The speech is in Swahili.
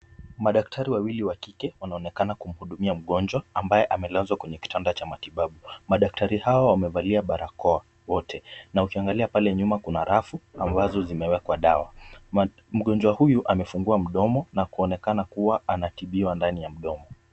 Madaktari wawili wa kike wanaonekana kumhudumia mgonjwa ambaye amelazwa kwenye kitanda cha matibabu. Madaktari hao wamevalia barakoa wote na ukiangalia pale nyuma kuna rafu ambazo zimewekwa dawa. Mgonjwa huyu amefungua mdomo na kuonekana kuwa anatibiwa ndani ya mdomo.